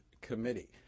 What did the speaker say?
Committee